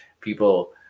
people